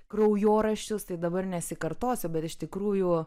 kraujoraščius tai dabar nesikartosiu bet iš tikrųjų